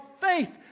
faith